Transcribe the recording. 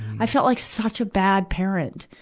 i felt like such a bad parent.